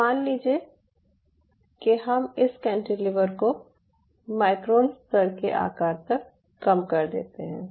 अब मान लीजिये कि हम इस कैंटिलीवर को माइक्रोन स्तर के आकार तक कम कर देते हैं